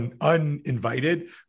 uninvited